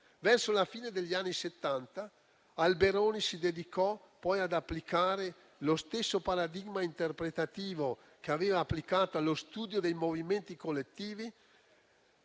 Verso la fine degli anni Settanta, Alberoni si dedicò ad applicare lo stesso paradigma interpretativo che aveva applicato allo studio dei movimenti collettivi